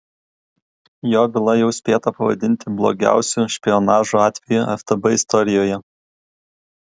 jo byla jau spėta pavadinti blogiausiu špionažo atveju ftb istorijoje